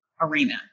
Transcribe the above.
arena